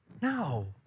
No